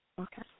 okay